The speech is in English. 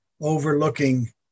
overlooking